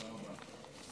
תודה רבה.